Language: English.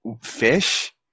Fish